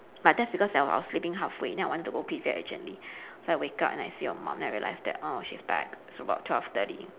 but that's because I was sleeping halfway then I want to go pee very urgently so I wake up and I see your mum then I realised that oh she's back it's about twelve thirty